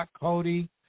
Cody